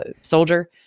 soldier